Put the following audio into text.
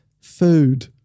Food